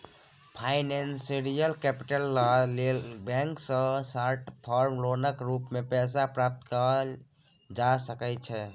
financial capital लइ लेल bank सँ शार्ट टर्म लोनक रूप मे पैसा प्राप्त कएल जा सकइ छै